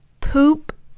Poop